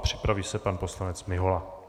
Připraví se pan poslanec Mihola.